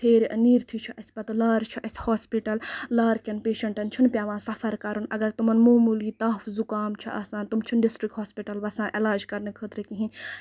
تھیرِ نیرتھٕے چھُ اَسہِ پَتہٕ لارٕ چھُ اَسہِ ہوسپِٹل لارکین پیشنٹن چھُنہٕ پیوان سَفر کَرُن اَگر تِمن موموٗلی تَپھ زُکام چھُ آسان تِم چھِ نہٕ ڈِسٹرک ہوسپِٹل وَسان علاج کَرنہٕ خٲطرٕ کِہینۍ